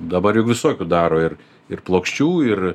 dabar juk visokių daro ir ir plokščių ir